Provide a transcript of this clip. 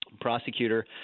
prosecutor